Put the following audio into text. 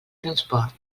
transport